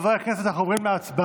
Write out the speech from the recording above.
חברי הכנסת, אנחנו עוברים להצבעה.